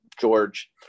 George